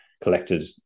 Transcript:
collected